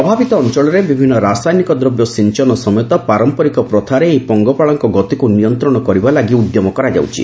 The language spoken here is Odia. ପ୍ରଭାବିତ ଅଞ୍ଚଳରେ ବିଭିନ୍ନ ରାସାୟନିକ ଦ୍ରବ୍ୟ ସିଞ୍ଚନ ସମେତ ପାରମ୍ପରିକ ପ୍ରଥାରେ ଏହି ପଙ୍ଗପାଳଙ୍କ ଗତିକୁ ନିୟନ୍ତ୍ରଣ କରିବା ଲାଗି ଉଦ୍ୟମ କରାଯାଉଛି